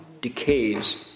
decays